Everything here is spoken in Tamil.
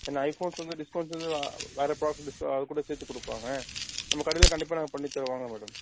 என்ன ஐஃபோன்ஸ் வந்து டிஸ்கவுண்ட்ஸ் வந்து வேற அதுக்கூட சேர்த்து கொடுப்பாங்க நம்ம கடையில் கண்டிப்பாக நாங்கள் பண்ணித்தருவோம் வாங்க மேடம்